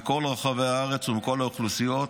מכל רחבי הארץ ומכל האוכלוסיות,